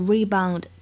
Rebound